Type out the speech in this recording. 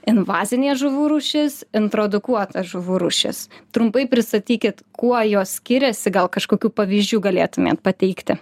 invazinė žuvų rūšis introdukuota žuvų rūšis trumpai pristatykit kuo jos skiriasi gal kažkokių pavyzdžių galėtumėte pateikti